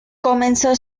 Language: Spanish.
comenzó